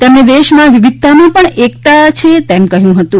તેમણે દેશમાં વિવિધતામાં પણ એકતા છે એમ કહ્યુંહતું